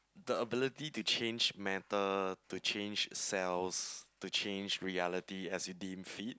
the ability to change matter to change cells to change reality as you deemed fit